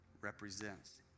represents